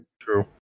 True